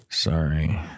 Sorry